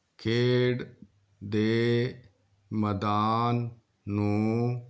ਖੇਡ ਦੇ ਮੈਦਾਨ ਨੂੰ